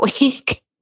week